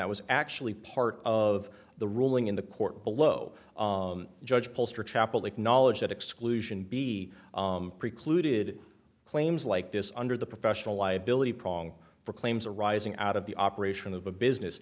that was actually part of the ruling in the court below judge bolster chappell acknowledged that exclusion be precluded claims like this under the professional liability prong for claims arising out of the operation of a business